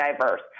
diverse